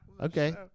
Okay